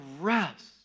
rest